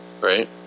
right